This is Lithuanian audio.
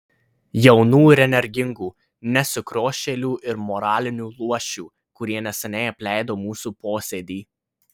jaunų ir energingų ne sukriošėlių ir moralinių luošių kurie neseniai apleido mūsų posėdį